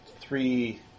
Three